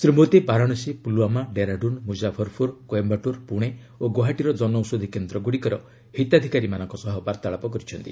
ଶ୍ରୀ ମୋଦୀ ବାରାଣସୀ ପୁଲୱାମା ଡେରାଡୁନ୍ ମୁକ୍କାଫରପୁର କୋଏମ୍ଘାଟୁର ପୁଣେ ଓ ଗୌହାଟୀର କନଔଷଧୀ କେନ୍ଦ୍ରଗୁଡ଼ିକର ହିତାଧିକାରୀମାନଙ୍କ ସହ ବାର୍ତ୍ତାଳାପ କରିଛନ୍ତି